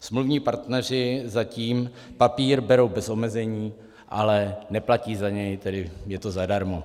Smluvní partneři zatím papír berou bez omezení, ale neplatí za něj, tedy je to zadarmo.